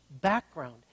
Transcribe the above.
background